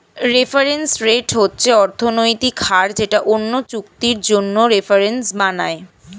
reference rate হচ্ছে অর্থনৈতিক হার যেটা অন্য চুক্তির জন্য রেফারেন্স বানায়